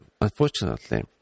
unfortunately